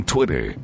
Twitter